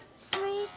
three